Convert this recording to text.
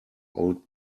old